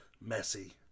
messy